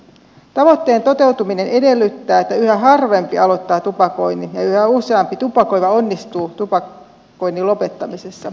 tavoitteen toteutuminen edellyttää että yhä harvempi aloittaa tupakoinnin ja yhä useampi tupakoiva onnistuu tupakoinnin lopettamisessa